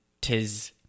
tis